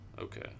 Okay